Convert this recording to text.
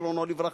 זיכרונו לברכה.